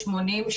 'שמונים',